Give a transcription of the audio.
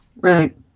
Right